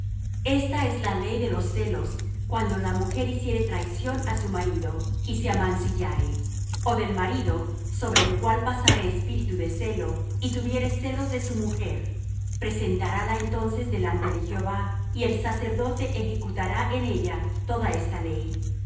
esta es la ley de los celos cuando la mujer hiciere traición á su marido y se amancillare o del marido sobre el cual pasare espíritu de celo y tuviere celos de su mujer presentarála entonces delante de jehová y el sacerdote ejecutará en ella toda esta ley